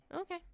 Okay